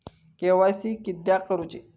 KYC किदयाक करूची?